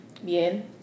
bien